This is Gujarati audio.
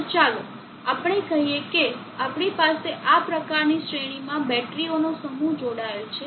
તો ચાલો આપણે કહીએ કે આપણી પાસે આ પ્રકારની શ્રેણીમાં બેટરીઓનો સમૂહ જોડાયેલ છે